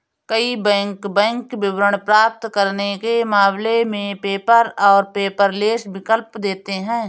कई bank bank विवरण प्राप्त करने के मामले में पेपर और पेपरलेस विकल्प देते हैं